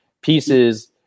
pieces